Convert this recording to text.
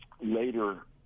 later